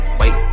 wait